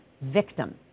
victim